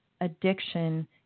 addiction